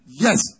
Yes